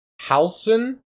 Halson